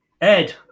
Ed